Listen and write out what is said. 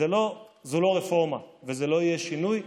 זו לא רפורמה ולא יהיה שינוי.